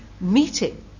meeting